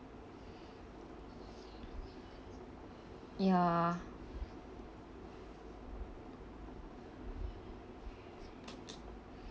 ya